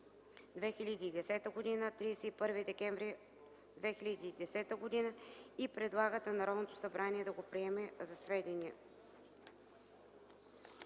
2010 г. – 31 декември 2010 г. и предлагат на Народното събрание да го приеме за сведение.”